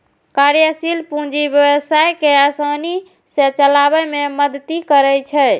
कार्यशील पूंजी व्यवसाय कें आसानी सं चलाबै मे मदति करै छै